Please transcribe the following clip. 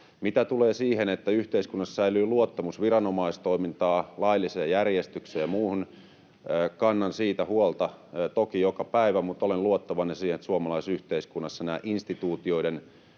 Mitä tulee siihen, että yhteiskunnassa säilyy luottamus viranomaistoimintaan, lailliseen järjestykseen ja muuhun, niin kannan siitä huolta toki joka päivä. Mutta olen luottavainen siihen, että suomalaisessa yhteiskunnassa näiden instituutioiden